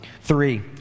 Three